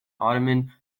ottoman